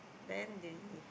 then they